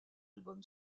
album